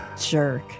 jerk